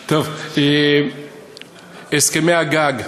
טוב, הסכמי הגג.